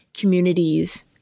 communities